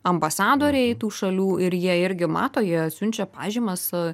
ambasadoriai tų šalių ir jie irgi mato jie atsiunčia pažymas